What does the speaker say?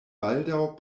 baldaŭ